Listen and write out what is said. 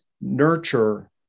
nurture